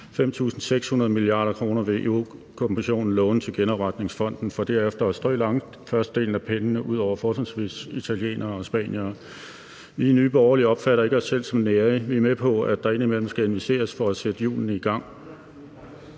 5.600 mia. kr. vil Europa-Kommissionen låne til genopretningsfonden for derefter at strø langt størstedelen af pengene ud over fortrinsvis italienere og spaniere. Vi i Nye Borgerlige opfatter ikke os selv som nærige. Vi er med på, at der indimellem skal investeres for at sætte hjulene i gang,